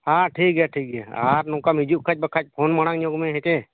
ᱦᱟᱸ ᱴᱷᱤᱠ ᱜᱮᱭᱟ ᱴᱷᱤᱠ ᱜᱮᱭᱟ ᱟᱨ ᱱᱚᱝᱠᱟᱢ ᱦᱤᱡᱩᱜ ᱠᱷᱟᱱ ᱵᱟᱠᱷᱟᱱ ᱯᱷᱳᱱ ᱢᱟᱲᱟᱜ ᱧᱚᱜ ᱢᱮ ᱦᱮᱸᱥᱮ